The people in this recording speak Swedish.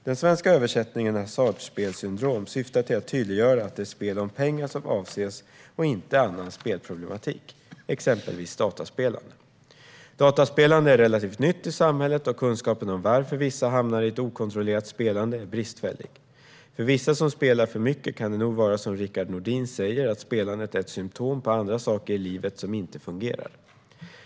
Den svenska översättningen hasardspelsyndrom syftar till att tydliggöra att det är spel om pengar som avses och inte annan spelproblematik, exempelvis dataspelande. Dataspelande är relativt nytt i samhället, och kunskapen om varför vissa hamnar i ett okontrollerat spelande är bristfällig. För vissa som spelar för mycket kan det nog vara som Rickard Nordin säger: Spelandet är ett symtom på andra saker i livet som inte fungerar.